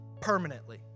permanently